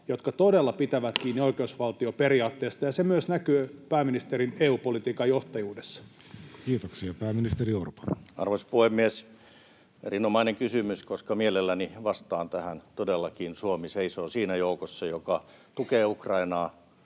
joka todella pitää kiinni oikeusvaltioperiaatteesta, ja se myös näkyy pääministerin EU-politiikan johtajuudessa? Kiitoksia. — Pääministeri Orpo, olkaa hyvä. Arvoisa puhemies! Erinomainen kysymys, koska mielelläni vastaan tähän. Todellakin Suomi seisoo siinä joukossa, joka tukee Ukrainaa